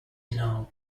now